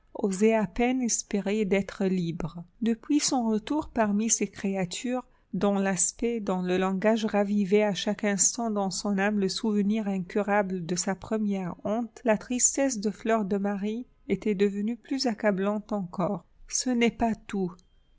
à peine espérer d'être libre depuis son retour parmi ces créatures dont l'aspect dont le langage ravivaient à chaque instant dans son âme le souvenir incurable de sa première honte la tristesse de fleur de marie était devenue plus accablante encore ce n'est pas tout